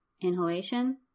Inhalation